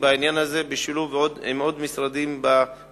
עובדים מול הרשויות בעניין הזה בשילוב עם עוד משרדים בממשלה.